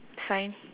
sign